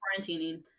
quarantining